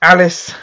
Alice